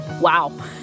Wow